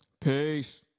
Peace